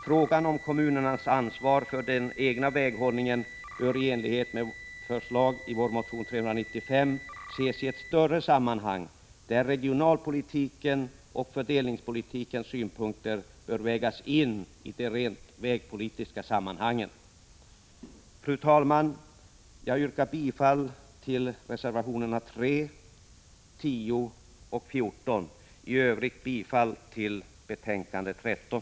Frågan om kommunernas ansvar för den egna väghållningen bör i enlighet med förslag i vår motion 395 ses i ett större sammanhang, där regionalpolitiska och fördelningspolitiska synpunkter bör vägas in i de rent vägpolitiska sammanhangen. Fru talman! Jag yrkar bifall till reservationerna 3, 10 och 14 samt i övrigt bifall till utskottets hemställan i betänkande 13.